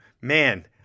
man